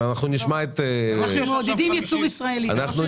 או שמעודדים ייצור ישראלי או שלא.